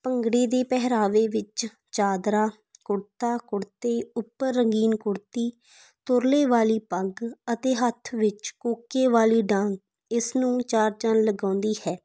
ਭੰਗੜੇ ਦੇ ਪਹਿਰਾਵੇ ਵਿੱਚ ਚਾਦਰਾ ਕੁੜਤਾ ਕੁੜਤੀ ਉੱਪਰ ਰੰਗੀਨ ਕੁੜਤੀ ਤੁਰਲੇ ਵਾਲੀ ਪੱਗ ਅਤੇ ਹੱਥ ਵਿੱਚ ਕੋਕੇ ਵਾਲੀ ਡਾਂਗ ਇਸ ਨੂੰ ਚਾਰ ਚੰਦ ਲਗਾਉਂਦੀ ਹੈ